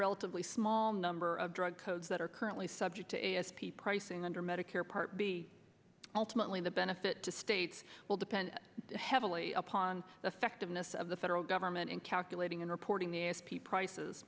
relatively small number of drug codes that are currently subject to s p pricing under medicare part b ultimately the benefit to states will depend heavily upon the effect of this of the federal government in calculating and reporting the s p prices